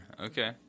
Okay